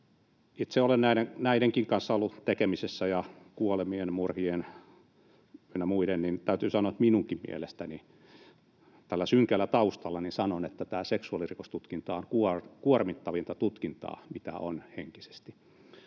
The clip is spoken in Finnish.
Itse olen näidenkin kanssa ollut tekemisissä, ja kuolemien, murhien ynnä muiden. Täytyy sanoa, että minunkin mielestäni, tällä synkällä taustallani, tämä seksuaalirikostutkinta on kuormittavinta tutkintaa, mitä on henkisesti,